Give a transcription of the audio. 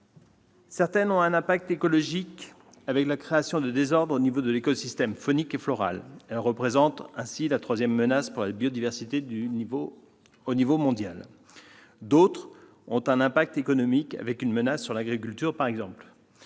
Certaines ont un impact écologique, avec la création de désordres au niveau de l'écosystème faunique et floral : elles représentent ainsi la troisième menace pour la biodiversité à l'échelon mondial. D'autres ont un impact économique, avec une menace sur l'agriculture, par exemple,